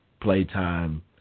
playtime